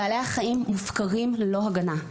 בעלי החיים מופקרים ללא הגנה.